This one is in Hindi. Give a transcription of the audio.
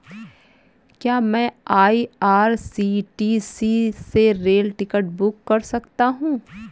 क्या मैं आई.आर.सी.टी.सी से रेल टिकट बुक कर सकता हूँ?